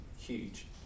huge